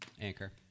anchor